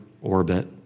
orbit